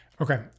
Okay